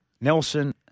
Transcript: Nelson